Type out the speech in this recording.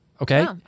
Okay